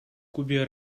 кубе